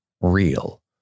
real